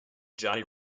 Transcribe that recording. johnny